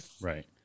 Right